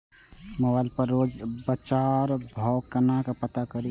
Mobile पर रोज बजार भाव कोना पता करि?